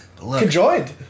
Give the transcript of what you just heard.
Conjoined